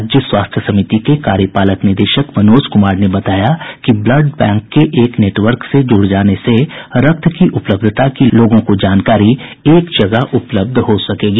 राज्य स्वास्थ्य समिति के कार्यपालक निदेशक मनोज कुमार ने बताया कि ब्लड बैंक के एक नेटवर्क से जुड़ जाने से रक्त की उपलब्धता की लोगों को जानकारी एक जगह उपलब्ध हो सकेगी